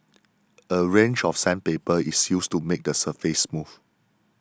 a range of sandpaper is used to make the surface smooth